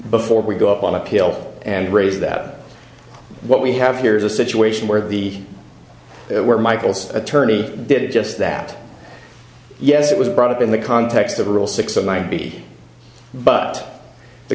before we go up on appeal and raise that what we have here is a situation where the where michael's attorney did just that yes it was brought up in the context of a rule six of might be but the